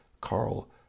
Carl